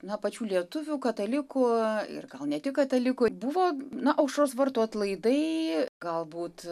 na pačių lietuvių katalikų ir gal ne tik katalikų buvo na aušros vartų atlaidai galbūt